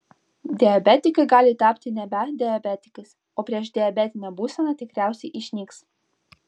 diabetikai gali tapti nebe diabetikais o priešdiabetinė būsena tikriausiai išnyks